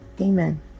Amen